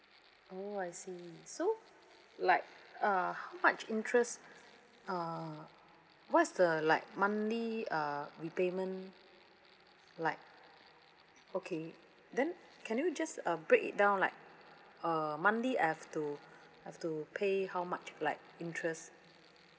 oh I see so like uh how much interest uh what's the like monthly uh repayment like okay then can you just uh break it down like uh monthly I have to I have to pay how much like interest